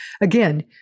Again